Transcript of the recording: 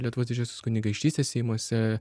lietuvos didžiosios kunigaikštystės seimuose